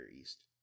East